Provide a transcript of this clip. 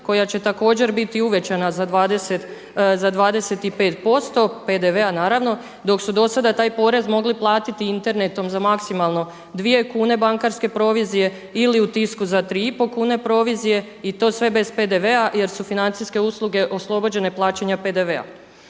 koja će također biti uvećana za 25% PDV-a naravno dok su do sada taj porez mogli platiti internetom za maksimalno dvije kune bankarske provizije ili u Tisku za 3,5 kune provizije i to sve bez PDV-a jer su financijske usluge oslobođene plaćanja PDV-a.